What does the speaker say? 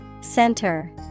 Center